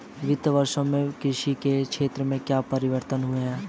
विगत वर्षों में कृषि के क्षेत्र में क्या परिवर्तन हुए हैं?